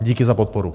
Díky za podporu.